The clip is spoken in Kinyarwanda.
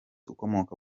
ukomoka